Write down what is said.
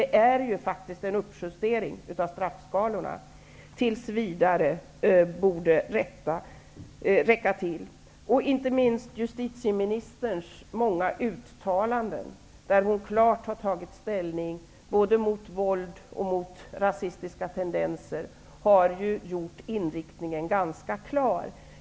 Det är ju faktiskt en uppjustering av straffskalorna. Inte minst justitieministerns många uttalanden, där hon klart har tagit ställning både mot våld och mot rasistiska tendenser, har gjort inriktningen ganska klar.